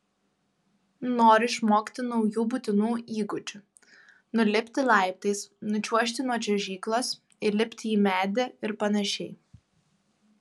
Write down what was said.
nori išmokti naujų būtinų įgūdžių nulipti laiptais nučiuožti nuo čiuožyklos įlipti į medį ir panašiai